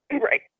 Right